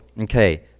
okay